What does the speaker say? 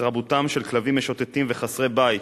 התרבותם של כלבים משוטטים וחסרי-בית,